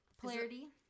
polarity